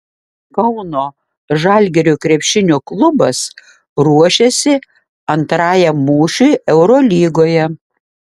kauno žalgirio krepšinio klubas ruošiasi antrajam mūšiui eurolygoje